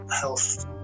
health